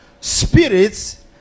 spirits